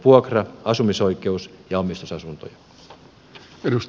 vuokra asumisoikeus ja omistusasuntoja